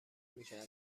میکردم